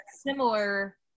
Similar